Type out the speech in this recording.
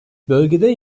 bölgede